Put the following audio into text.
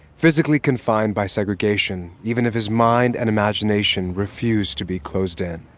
physically confined by segregation, even if his mind and imagination refused to be closed in.